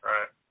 Right